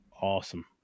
awesome